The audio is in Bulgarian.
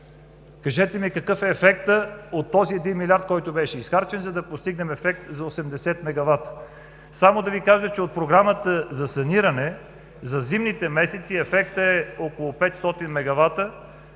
Кажете ми какъв е ефектът от този 1 млрд. лв., който беше изхарчен, за да постигнем ефект за 80 мгвт? Само да Ви кажа, че от Програмата за саниране за зимните месеци ефектът е от 500 мгвт,